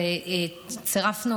צירפנו